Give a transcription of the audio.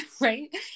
right